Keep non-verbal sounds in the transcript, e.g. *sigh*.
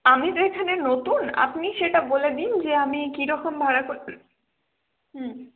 আমি তো এখানে নতুন আপনি সেটা বলে দিন যে আমি কীরকমভাবে *unintelligible* হুম